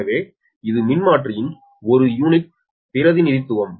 எனவே இது மின்மாற்றியின் ஒரு யூனிட் பிரதிநிதித்துவம்